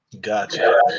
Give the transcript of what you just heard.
gotcha